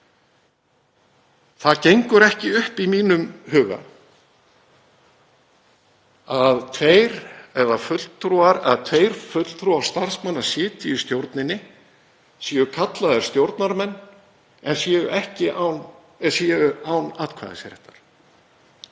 Það gengur ekki upp í mínum huga að tveir fulltrúar starfsmanna sitji í stjórninni, séu kallaðar stjórnarmenn en séu án atkvæðisréttar.